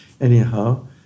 Anyhow